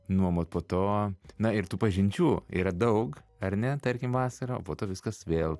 nuomot po to na ir tų pažinčių yra daug ar ne tarkim vasarą o po to viskas vėl